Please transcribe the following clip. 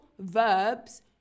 verbs